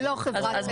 זה לא חברת בזק,